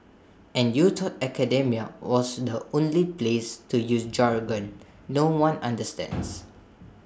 and you thought academia was the only place to use jargon no one understands